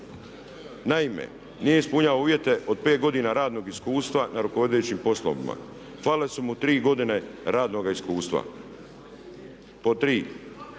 Naime, nije ispunjavao uvjete od 5 godina radnog iskustva na rukovodećim poslovima. Falile su mu tri godine radnog iskustva. Pod tri,